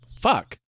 Fuck